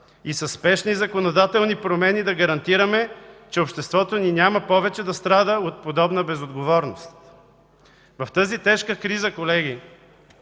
и със спешни законодателни промени да гарантираме, че обществото ни няма повече да страда от подобна безотговорност. В тази тежка криза, колеги,